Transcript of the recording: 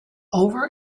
over